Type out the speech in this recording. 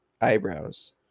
eyebrows